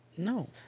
No